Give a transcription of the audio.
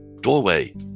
doorway